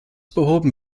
behoben